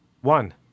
One